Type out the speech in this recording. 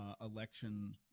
election